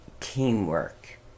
teamwork